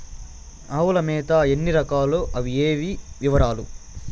ఆవుల మేత ఎన్ని రకాలు? అవి ఏవి? వివరాలు?